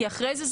כי אחרי זה,